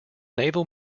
naval